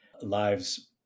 lives